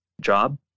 job